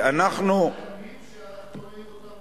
גם המסתערבים שאנחנו רואים בכפרים שלנו?